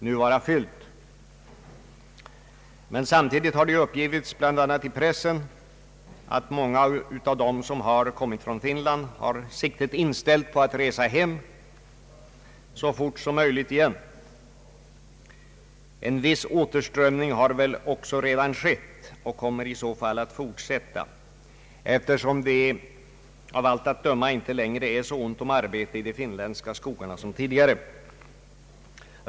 Samtidigt har emellertid uppgivits, bl.a. i pressen, att många av dem som kommit från Finland har siktet inställt på att resa hem så fort som möjligt igen. En viss återströmning har väl också redan skett och kommer att fortsätta, eftersom det av allt att döma inte längre är så ont om arbete i de finländska skogarna som tidigare.